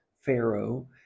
Pharaoh